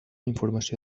informació